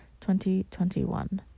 2021